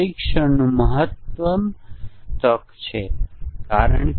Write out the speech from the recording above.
આ કિસ્સામાં આ માત્ર એક ઉદાહરણ છે